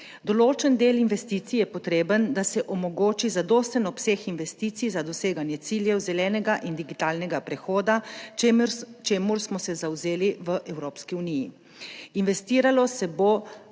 Določen del investicij je potreben, da se omogoči zadosten obseg investicij za doseganje ciljev zelenega in digitalnega prehoda. Čemur smo se zavzeli v Evropski uniji,